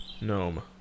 gnome